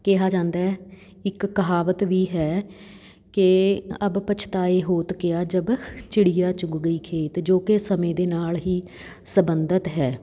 ਕਿਹਾ ਜਾਂਦਾ ਇੱਕ ਕਹਾਵਤ ਵੀ ਹੈ ਕਿ ਅਬ ਪਛਤਾਏ ਹੋਤ ਕਿਆ ਜਬ ਚਿੜੀਆ ਚੁਗ ਗਈ ਖੇਤ ਜੋ ਕਿ ਸਮੇਂ ਦੇ ਨਾਲ ਹੀ ਸੰਬੰਧਿਤ ਹੈ